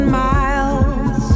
miles